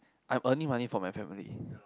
I'm earning money for my family